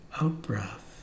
out-breath